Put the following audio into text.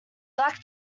black